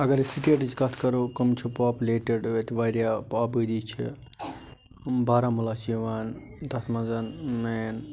اگر أسۍ سِٹیٹٕچ کَتھ کَرو کٔم چھِ پاپلیٹِڈ وٲتۍ وارِیاہ آبٲدی چھِ بارامُلہ چھُ یِوان تَتھ منٛز مین